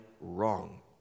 wrong